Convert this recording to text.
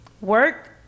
work